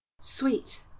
sweet